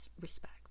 respect